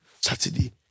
Saturday